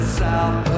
south